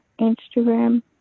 Instagram